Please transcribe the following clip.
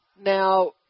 Now